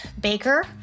baker